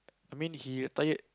I mean he retired